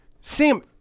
Sam